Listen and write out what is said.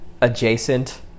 adjacent